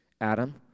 Adam